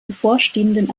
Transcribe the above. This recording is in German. bevorstehenden